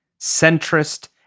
centrist